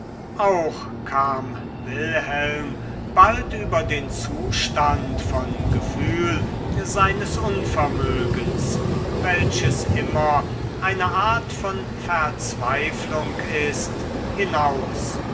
auch kam wilhelm bald über den zustand vom gefühl seines unvermögens welches immer eine art von verzweiflung ist hinaus